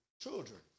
children